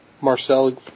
Marcel